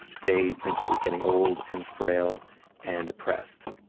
they think he was getting old and frail and depressed.